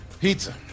Pizza